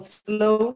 slow